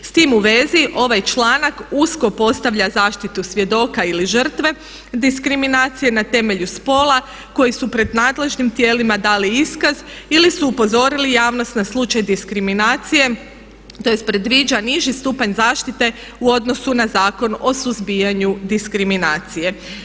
S tim u vezi ovaj članak usko postavlja zaštitu svjedoka ili žrtve, diskriminacije na temelju spola koji su pred nadležnim tijelima dali iskaz ili su upozorili javnost na slučaj diskriminacije, tj. predviđa niži stupanj zaštite u odnosu na Zakon o suzbijanju diskriminacije.